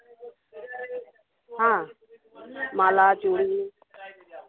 হ্যাঁ মালা চুড়ি